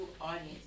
audience